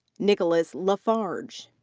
nicholas lafarge.